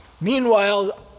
Meanwhile